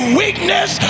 weakness